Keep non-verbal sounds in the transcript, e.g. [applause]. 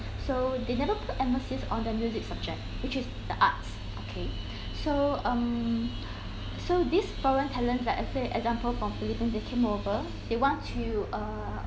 so they never put emphasis on the music subject which is the arts okay [breath] so um [breath] so these foreign talents like I say example from philippines they came over they want to err